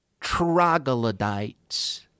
troglodytes